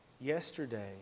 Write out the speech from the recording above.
Yesterday